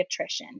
pediatrician